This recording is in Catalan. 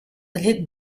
taller